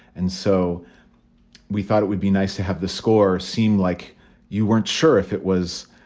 and so we thought it would be nice to have the score seem like you weren't sure if it was,